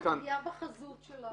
זו פגיעה בחזות של העיר.